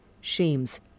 shames